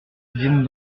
vienne